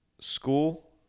School